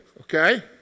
Okay